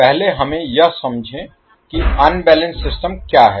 पहले हमें यह समझें कि अनबैलेंस्ड सिस्टम क्या है